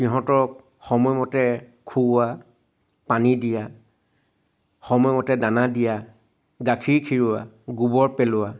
সিহঁতক সময়মতে খুওৱা পানী দিয়া সময়মতে দানা দিয়া গাখীৰ খিৰোৱা গোবৰ পেলোৱা